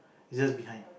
is just behind